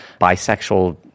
bisexual